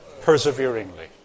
perseveringly